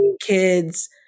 kids